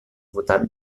votat